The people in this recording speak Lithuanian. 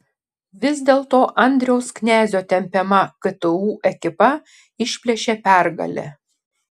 vis dėlto andriaus knezio tempiama ktu ekipa išplėšė pergalę